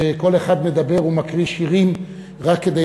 שכל אחד מדבר ומקריא שירים רק כדי